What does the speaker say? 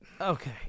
Okay